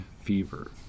fever